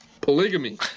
Polygamy